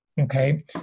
Okay